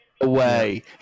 away